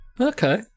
Okay